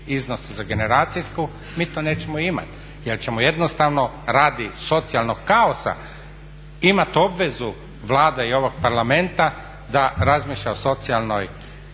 iznos za generacijsku, mi to nećemo imati jer ćemo jednostavno radi socijalnog kaosa imati obvezu Vlade i ovog Parlamenta da razmišlja o socijalnoj